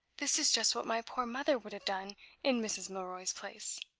this is just what my poor mother would have done in mrs. milroy's place.